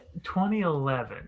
2011